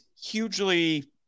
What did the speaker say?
hugely